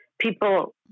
people